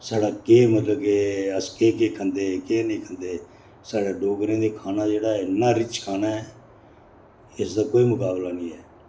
स्हाड़ा केह् मतलब के अस केह् केह् खंदे हे केह् नेईं खंदे हे स्हाड़ा डोगरें दे खाना जेह्ड़ा ऐ इन्ना रिच खाना ऐ इसदा कोई मकाबला नेईं ऐ